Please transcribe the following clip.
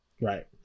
Right